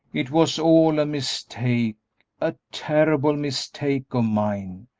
it was all a mistake a terrible mistake of mine!